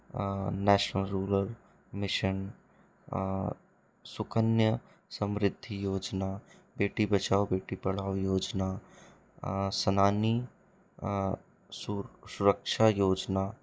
national rural mission Sukanya Samriddhi Yojana Beti Bachao Beti Padhao Yojana Senani Suraksha Yojana